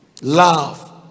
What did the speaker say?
Love